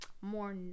more